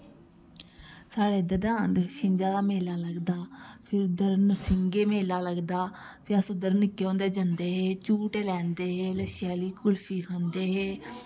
साढ़े उद्धर ना छिंज दा मेला लगदा फिर उद्धर नरसिंह् मेला लगदा फिर अस उद्धर निक्के होंदे जंदे हे झूटे लैंदे हे लच्छे आह्ली कुल्फी खंदे हे